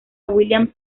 william